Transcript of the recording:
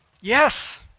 Yes